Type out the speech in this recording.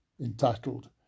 entitled